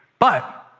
but